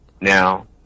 Now